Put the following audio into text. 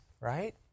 right